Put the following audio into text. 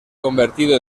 convertido